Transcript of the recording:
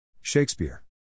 Shakespeare